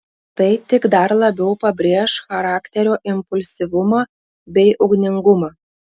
tai tik dar labiau pabrėš charakterio impulsyvumą bei ugningumą